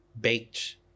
baked